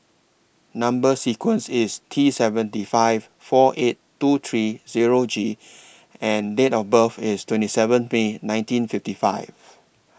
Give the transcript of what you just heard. Number sequence IS T seventy five four eight two three Zero G and Date of birth IS twenty seven May nineteen fifty five